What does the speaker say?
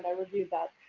yeah reviewed that.